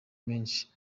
menshi